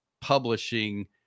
publishing